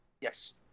Yes